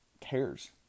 cares